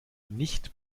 nicht